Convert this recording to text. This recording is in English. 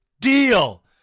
deal